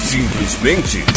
Simplesmente